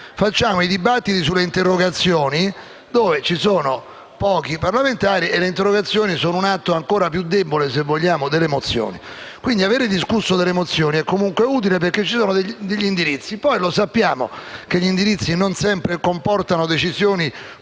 facciamo dibattiti sulle interrogazioni dove sono presenti pochi parlamentari, e le interrogazioni sono un atto, se vogliamo, ancora più debole delle mozioni. Quindi, aver discusso delle mozioni è comunque utile, perché ci sono degli indirizzi. Sappiamo che essi indirizzi non sempre comportano decisioni